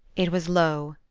it was low,